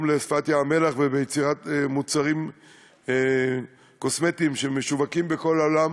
במקומו לשפת ים-המלח וביצירת מוצרים קוסמטיים שמשווקים בכל העולם,